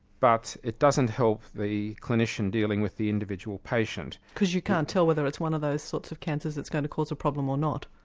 but it doesn't help the clinician dealing with the individual patient. because you can't tell whether it's one of those sorts of cancers that's going to cause a problem or not?